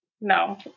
no